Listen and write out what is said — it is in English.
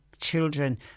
children